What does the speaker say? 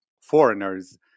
foreigners